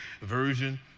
version